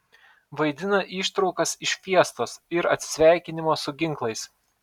vaidina ištraukas iš fiestos ir atsisveikinimo su ginklais